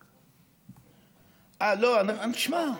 לא, הוא מציע.